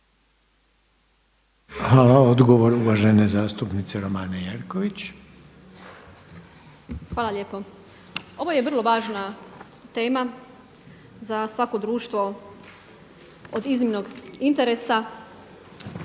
Hvala. Odgovor uvažene zastupnice Romane Jerković. **Jerković, Romana (SDP)** Hvala lijepo. Ovo je vrlo važna tema za svako društvo od iznimnog interesa.